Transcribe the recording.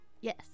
Yes